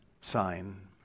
sign